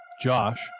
Josh